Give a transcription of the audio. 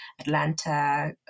Atlanta